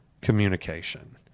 communication